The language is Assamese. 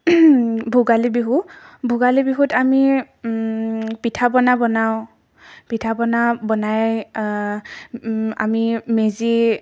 ভোগালী বিহু ভোগালী বিহুত আমি পিঠা পনা বনাওঁ পিঠা পনা বনাই আমি মেজি